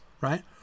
right